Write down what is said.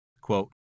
Quote